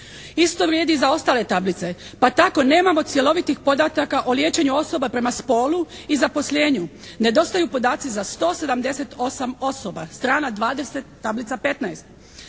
Isto vrijedi i za ostale tablice. Pa tako nemamo cjelovitih podataka o liječenju osoba prema spolu i zaposlenju. Nedostaju podaci za 178 osoba, strana 20, tablica 15.